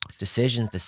Decisions